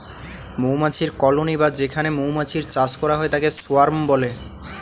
মৌমাছির কলোনি বা যেখানে মৌমাছির চাষ করা হয় তাকে সোয়ার্ম বলে